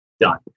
done